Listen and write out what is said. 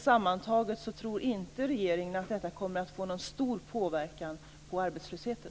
Sammantaget tror inte regeringen att detta kommer att få någon stor påverkan på arbetslösheten.